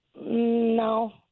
No